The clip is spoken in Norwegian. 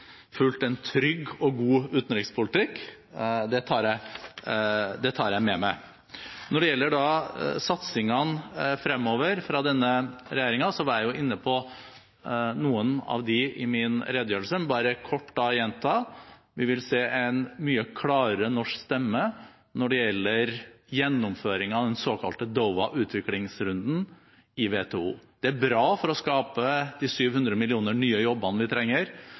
en trygg og god utenrikspolitikk. Det tar jeg med meg. Når det gjelder satsingene fremover fra denne regjeringen, var jeg inne på noen av dem i min redegjørelse, men gjentar da bare kort: Vi vil se en mye klarere norsk stemme når det gjelder gjennomføringen av den såkalte Doha-utviklingsrunden i WTO. Det er bra for å skape de 700 millioner nye jobbene vi trenger